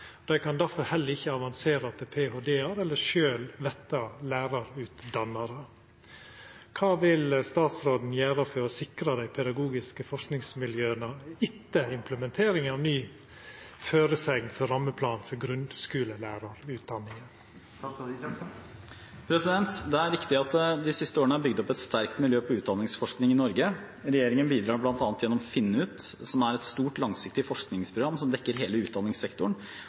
dei kan difor heller ikkje avansere til ph.d. eller sjølv bli lærerutdannarar. Kva vil statsråden gjere for å sikre dei pedagogiske forskingsmiljøa etter implementeringa av ny forskrift for rammeplan for grunnskulelærarutdanninga?» Det er riktig at det de siste årene er bygd opp et sterkt miljø innen utdanningsforskning i Norge. Regjeringen bidrar bl.a. gjennom FINNUT, som er et stort, langsiktig forskningsprogram som dekker hele utdanningssektoren,